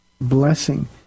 blessing